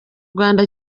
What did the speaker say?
rwanda